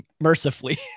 mercifully